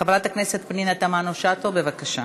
חברת הכנסת פנינה תמנו-שטה, בבקשה.